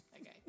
Okay